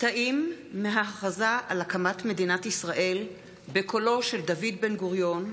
קטעים מההכרזה על הקמת מדינת ישראל בקולו של דוד בן-גוריון,